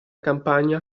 campagna